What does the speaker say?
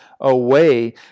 away